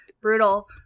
Brutal